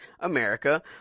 America